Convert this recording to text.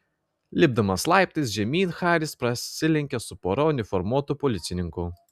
lipdamas laiptais žemyn haris prasilenkė su pora uniformuotų policininkų